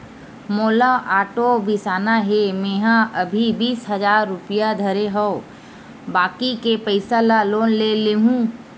मोला आटो बिसाना हे, मेंहा अभी बीस हजार रूपिया धरे हव बाकी के पइसा ल लोन ले लेहूँ